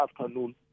afternoon